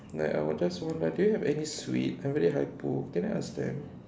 like I will just wonder do you have any sweet I very hypo can I ask them